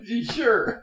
Sure